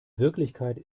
wirklichkeit